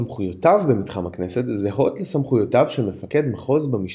סמכויותיו במתחם הכנסת זהות לסמכויותיו של מפקד מחוז במשטרה.